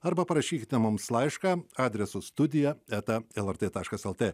arba parašykite mums laišką adresu studija eta lrt taškas lt